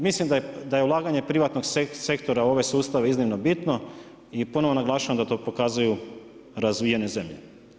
Mislim da je ulaganje privatnog sektora u ovaj sustav iznimno bitno i ponovno naglašavam da to ponovno pokazuju razvijene zemlje.